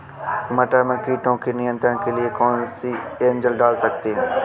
मटर में कीटों के नियंत्रण के लिए कौन सी एजल डाल सकते हैं?